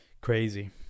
crazy